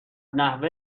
نحوه